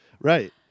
Right